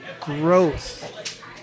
growth